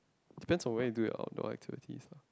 depends on where you do your outdoors activities lah